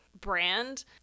brand